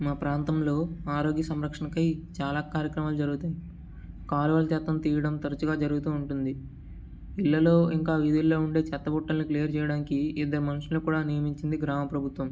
మా ప్రాంతంలో ఆరోగ్య సంరక్షణకై చాలా కార్యక్రమాలు జరుగుతాయి కాలువల చెత్తని తీయడం తరచుగా జరుగుతూ ఉంటుంది ఇళ్ళల్లో ఇంకా వీధుల్లో వున్న చెత్తబుట్టలు క్లియర్ చెయ్యడానికి ఇద్దరు మనుషులని కూడా నియమించింది గ్రామ ప్రభుత్వం